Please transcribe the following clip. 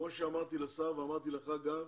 כמו שאמרתי לשר, ואמרתי לך גם,